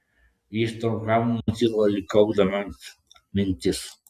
jis trumpam nutilo lyg kaupdamas mintis